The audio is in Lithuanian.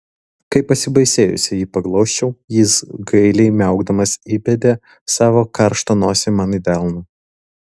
kai pasibaisėjusi jį paglosčiau jis gailiai miaukdamas įbedė savo karštą nosį man į delną